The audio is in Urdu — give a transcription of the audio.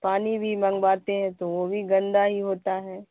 پانی بھی منگواتے ہیں تو وہ بھی گندہ ہی ہوتا ہے